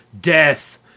death